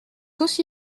aussi